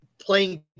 playing